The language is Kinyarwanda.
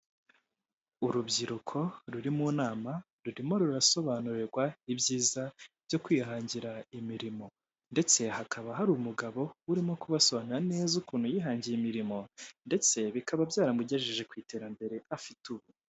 Urubyiruko ruri mu nama rurimo rurasobanurirwa ibyiza byo kwihangira imirimo, ndetse hakaba hari umugabo urimo kubasobanura neza ukuntu yihangiye imirimo ndetse bikaba byaramugejeje ku iterambere afite ubu.